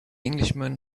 englishman